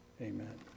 Amen